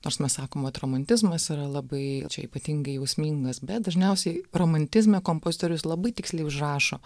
nors mes sakom vat romantizmas yra labai čia ypatingai jausmingas bet dažniausiai romantizmo kompozitorius labai tiksliai užrašo